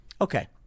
Okay